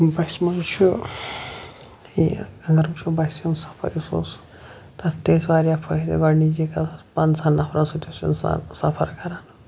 بَسہِ منٛز چھُ یہِ اگر وٕچھو بَسہِ ہُنٛد سفر یُس اوس تَتھ تہِ ٲسۍ واریاہ فٲیِدٕ گۄڈٕنِچی کَتھ ٲس پنٛژاہن نفرن سۭتۍ اوس اِنسان سفر کَران